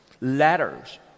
letters